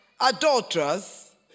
adulterers